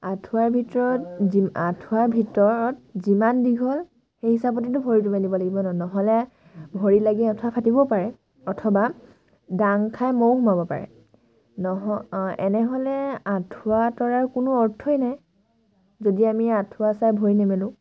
আঁঠুৱাৰ ভিতৰত যি আঁঠুৱাৰ ভিতৰত যিমান দীঘল সেই হিচাপততো ভৰিটো মেলিব লাগিব ন নহ'লে ভৰি লাগি আঁঠুৱা ফাটিবও পাৰে অথবা দাং খাই মহো সোমাব পাৰে নহ এনে হ'লে আঁঠুৱা তৰাৰ কোনো অৰ্থই নাই যদি আমি আঁঠুৱা চাই ভৰি নেমেলোঁ